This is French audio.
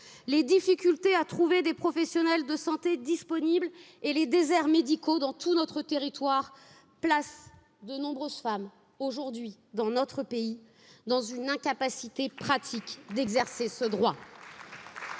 les difficultés à trouver des professionnels de santé disponibles et les déserts médicaux dans tout notre territoire placent de nombreuses femmes aujourd'hui dans notre pays dans une incapacité pratique d'exercer ce droit